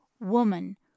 Woman